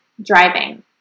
driving